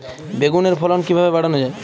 বেগুনের ফলন কিভাবে বাড়ানো যায়?